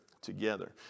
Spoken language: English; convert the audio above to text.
together